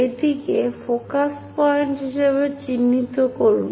এটিকে focus point হিসাবে চিহ্নিত করুন